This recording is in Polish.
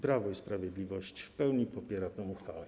Prawo i Sprawiedliwość w pełni popiera tę uchwałę.